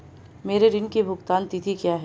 मेरे ऋण की भुगतान तिथि क्या है?